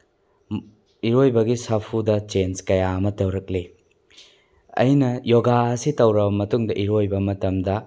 ꯏꯔꯣꯏꯕꯒꯤ ꯁꯥꯐꯨꯗ ꯆꯦꯟꯁ ꯀꯌꯥ ꯑꯃ ꯇꯧꯔꯛꯂꯤ ꯑꯩꯅ ꯌꯣꯒꯥ ꯑꯁꯤ ꯇꯧꯔꯕ ꯃꯇꯨꯡꯗ ꯏꯔꯣꯏꯕ ꯃꯇꯝꯗ